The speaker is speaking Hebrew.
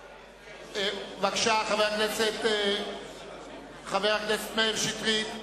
בבקשה, חבר הכנסת מאיר שטרית.